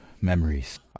Memories